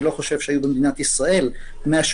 אני לא חושב שיש במדינת ישראל 180,000